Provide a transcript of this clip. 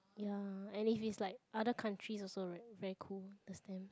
ya and if is like other country also very cool the stamp